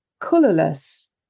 colourless